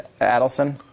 Adelson